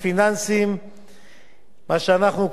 מה שאנחנו קראנו ועדת-בכר,